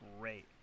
Great